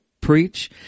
preach